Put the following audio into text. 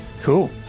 Cool